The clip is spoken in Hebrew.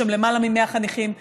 יש שם למעלה מ-100 חניכים.